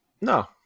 No